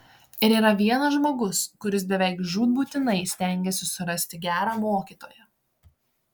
ir yra vienas žmogus kuris beveik žūtbūtinai stengiasi surasti gerą mokytoją